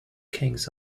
kings